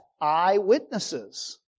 eyewitnesses